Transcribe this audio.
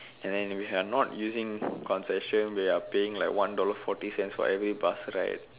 and then if we are not using concession we are paying like one dollar forty cents for every bus ride